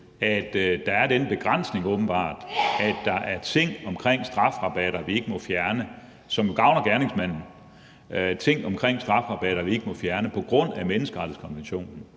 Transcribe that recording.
åbenbart er den begrænsning, at der er ting omkring strafrabatter, vi ikke må fjerne, og som gavner gerningsmanden – ting omkring strafrabatter, vi ikke må fjerne på grund af menneskerettighedskonventionen.